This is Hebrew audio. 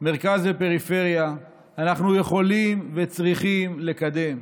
מרכז ופריפריה, אנחנו יכולים וצריכים לקדם.